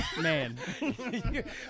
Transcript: man